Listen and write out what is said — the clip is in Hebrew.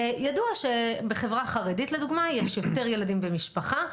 וידוע שבחברה החרדית לדוגמה יש יותר ילדים במשפחה,